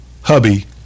hubby